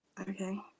Okay